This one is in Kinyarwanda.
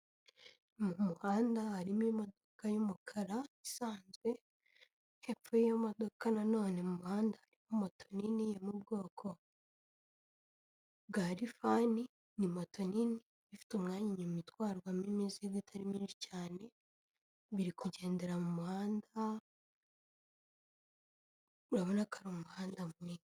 Mu muhanda harimo imodoka y'umukara isanzwe, hepfo yiyo modoka na none mu muhanda hari moto nini yo mu bwoko bwa lifani ni moto nini ifite umwanya inyuma itwarwamo imizigo itari mwinshi cyane, biri kugendera mu muhanda urabona ko ari umuhanda.